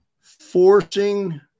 forcing